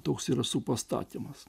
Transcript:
toks yra pastatymas